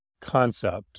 concept